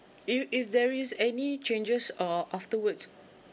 if if there is any changes uh afterwards